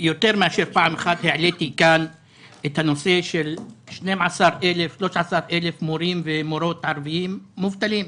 העליתי כאן את נושא 13,000 המורים והמורות הערבים המובטלים,